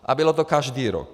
A bylo to každý rok.